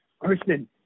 Arson